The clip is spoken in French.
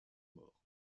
mort